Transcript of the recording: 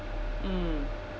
mm